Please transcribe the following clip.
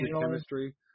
chemistry